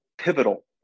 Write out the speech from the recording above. pivotal